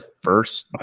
first